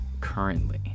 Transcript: currently